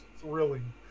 thrilling